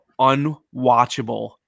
unwatchable